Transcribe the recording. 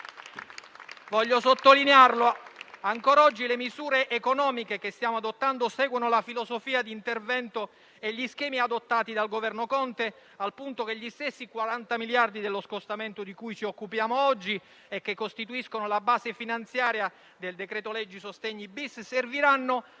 Voglio sottolineare che ancora oggi le misure economiche che stiamo adottando seguono la filosofia di intervento e gli schemi adottati dal Governo Conte, al punto che gli stessi 40 miliardi dello scostamento di cui ci occupiamo oggi e che costituiscono la base finanziaria del decreto-legge sostegni-*bis* serviranno